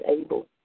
able